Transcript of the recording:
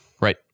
Right